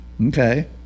okay